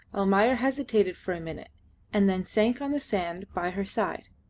almayer hesitated for a minute and then sank on the sand by her side.